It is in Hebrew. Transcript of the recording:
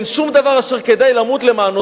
אם אין שום דבר אשר כדאי למות למענו,